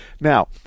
Now